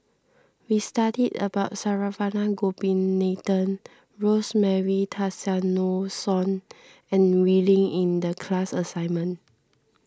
we studied about Saravanan Gopinathan Rosemary Tessensohn and Wee Lin in the class assignment